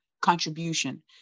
contribution